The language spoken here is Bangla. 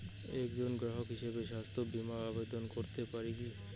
একজন গ্রাহক হিসাবে স্বাস্থ্য বিমার আবেদন করতে পারি কি?